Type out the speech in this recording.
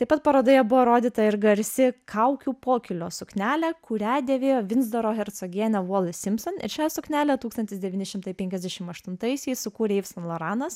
taip pat parodoje buvo rodyta ir garsi kaukių pokylio suknelė kurią dėvėjo vindzoro hercogienė voli simpson ir šią suknelę tūkstantis devyni šimtai penkiasdešim aštuntaisiais sukūrė yves saint loranas